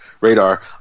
radar